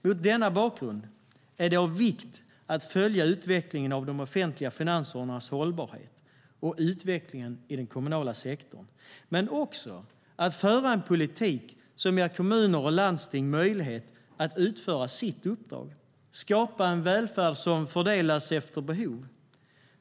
Mot denna bakgrund är det av vikt att följa utvecklingen av de offentliga finansernas hållbarhet och utvecklingen i den kommunala sektorn, men också att föra en politik som ger kommuner och landsting möjlighet att utföra sitt uppdrag, skapa en välfärd som fördelas efter behov.